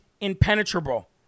impenetrable